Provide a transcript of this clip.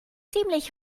ziemlich